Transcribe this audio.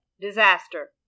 disaster